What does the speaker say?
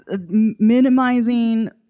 minimizing